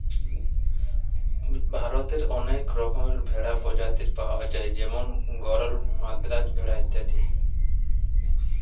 ভারতে অনেক রকমের ভেড়ার প্রজাতি পায়া যায় যেমন গরল, মাদ্রাজ ভেড়া ইত্যাদি